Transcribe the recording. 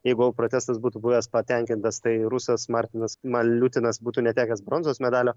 jeigu protestas būtų buvęs patenkintas tai rusas martinas maliutinas būtų netekęs bronzos medalio